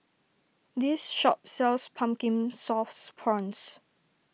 this shop sells Pumpkin Sauce Prawns